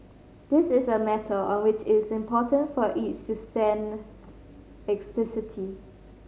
this is a matter on which it is important for each to take a stand explicitly